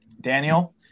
Daniel